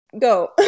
Go